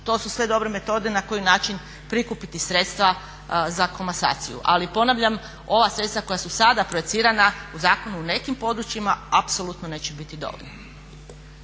To su sve dobre metode na koji način prikupiti sredstva za komasaciju. Ali ponavljam ova sredstva koja su sada projicirana u zakonu u nekim područjima apsolutno neće biti dovoljna.